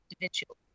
individual